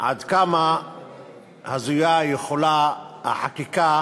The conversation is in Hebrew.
עד כמה הזויה יכולה להיות החקיקה